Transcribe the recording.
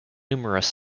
numerous